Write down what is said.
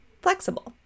flexible